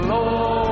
Lord